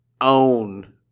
own